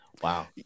wow